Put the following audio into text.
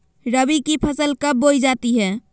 रबी की फसल कब बोई जाती है?